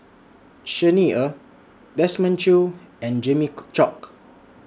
Xi Ni Er Desmond Choo and Jimmy Chok